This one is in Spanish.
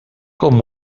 con